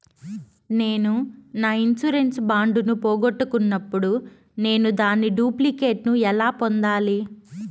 నేను నా insurance bond ను పోగొట్టుకున్నప్పుడు నేను దాని డూప్లికేట్ ను ఎలా పొందాలి?